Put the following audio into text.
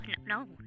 no